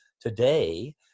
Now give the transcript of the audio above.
today